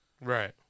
Right